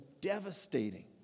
devastating